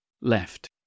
left